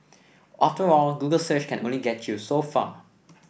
after all Google search can only get you so far